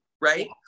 right